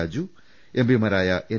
രാജു എംപിമാരായ എൻ